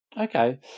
Okay